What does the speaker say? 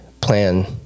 plan